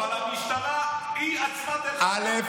אבל המשטרה, היא עצמה, אתה לא ראית?